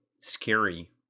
scary